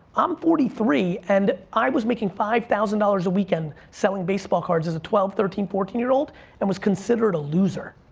i'm forty three and i was making five thousand dollars a weekend selling baseball cards as twelve, thirteen, fourteen year old and was considered a loser.